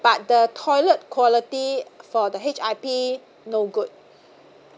but the toilet quality for the H_I_P no good